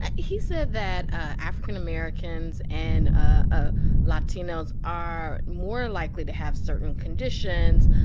he said that african americans and ah latinos are more likely to have certain conditions,